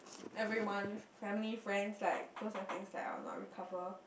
I really want family friends like those are things that I'll not recover